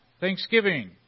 Thanksgiving